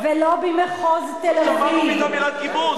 תסתכלו עכשיו על כלי התקשורת,